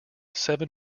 seven